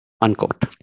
Unquote